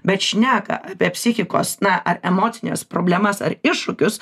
bet šneka apie psichikos na ar emocines problemas ar iššūkius